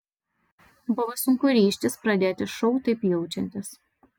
buvo sunku ryžtis pradėti šou taip jaučiantis